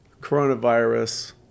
coronavirus